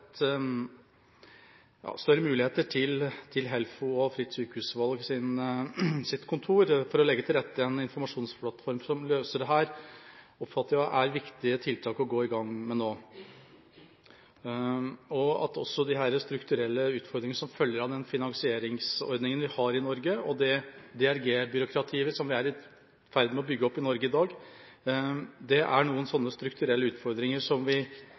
Fritt Sykehusvalgs kontor til å legge til rette for en informasjonsplattform som løser dette, oppfatter jeg er viktige tiltak å gå i gang med nå. Også de strukturelle utfordringene som følger av den finansieringsordningen vi har i Norge, og det DRG-byråkratiet som vi er i ferd med å bygge opp i Norge i dag, er strukturelle utfordringer som vi